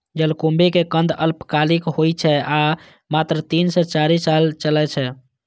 जलकुंभी के कंद अल्पकालिक होइ छै आ मात्र तीन सं चारि साल चलै छै